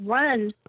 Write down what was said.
run